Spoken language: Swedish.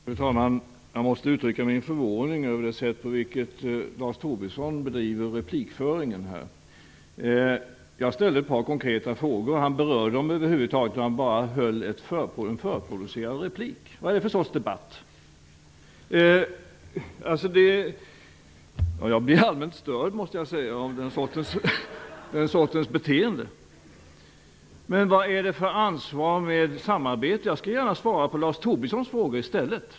Fru talman! Jag måste uttrycka min förvåning över det sätt på vilket Lars Tobisson bedriver replikföringen här. Jag ställde ett par konkreta frågor, som han över huvud taget inte berörde. Han framförde bara en förproducerad replik. Vad är det för sorts debatt? Jag måste säga att jag blir allmänt störd över den sortens beteende. Jag skall i stället gärna svara på Lars Tobissons frågor. Vad ligger det för ansvar i samarbete?